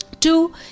two